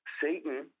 Satan